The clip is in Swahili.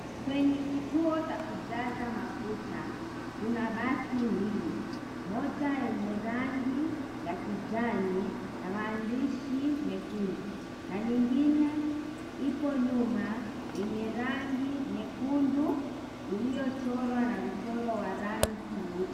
Kwenye kituo cha kujaza mafuta kuna basi mbili. Moja yenye rangi ya kijani na maandishi mekundu na nyingine ipo nyuma yenye rangi nyekundu iliyochorwa na mchoro wa rangi nyeupe.